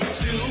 Two